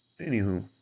anywho